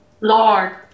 Lord